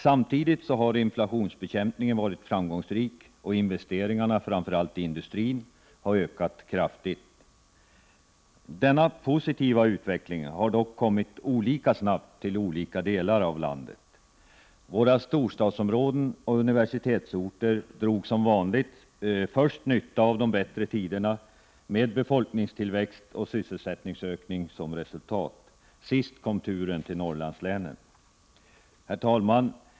Samtidigt har inflationsbekämpningen varit framgångsrik, och investeringarna — framför allt i industrin — har ökat kraftigt. Denna positiva utveckling har dock kommit olika snabbt till olika delar av landet. Våra storstadsområden och universitetsorter drog som vanligt först nytta av de bättre tiderna, med befolkningstillväxt och sysselsättningsökning som resultat. Sist kom turen till Norrlandslänen. Herr talman!